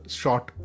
short